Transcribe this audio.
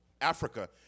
Africa